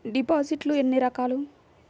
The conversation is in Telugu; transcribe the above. డిపాజిట్లు ఎన్ని రకాలు?